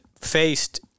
faced